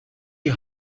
die